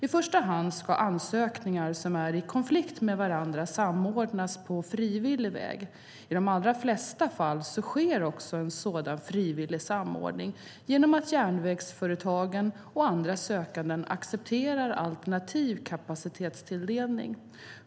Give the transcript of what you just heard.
I första hand ska ansökningar som är i konflikt med varandra samordnas på frivillig väg. I de allra flesta fall sker också en sådan frivillig samordning genom att järnvägsföretagen och andra sökande accepterar alternativ kapacitetstilldelning.